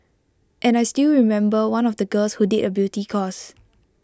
and I still remember one of the girls who did A beauty course